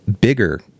bigger